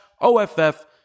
O-F-F